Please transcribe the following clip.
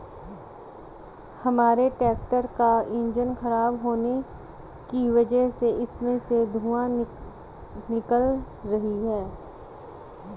हमारे ट्रैक्टर का इंजन खराब होने की वजह से उसमें से धुआँ निकल रही है